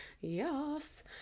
Yes